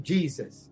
Jesus